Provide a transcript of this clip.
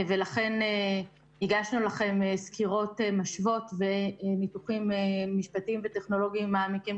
ולכן הגשנו לכם סקירות משוות וניתוחים משפטיים וטכנולוגיים מעמיקים,